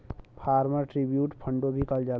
farmer tribute फ़ंडो भी कहल जाला